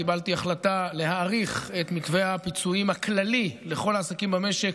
קיבלתי החלטה להאריך את מתווה הפיצויים הכללי לכל העסקים במשק